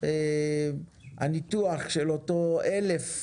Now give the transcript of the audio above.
מתוך הניתוח של 1,000